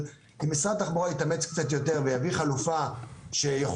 אם משרד התחבורה יתאמץ קצת יותר ויביא חלופה שיכולה